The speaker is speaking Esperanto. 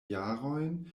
jarojn